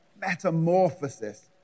metamorphosis